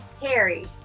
Harry